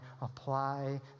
apply